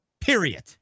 Period